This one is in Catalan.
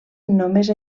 només